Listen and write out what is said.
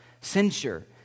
censure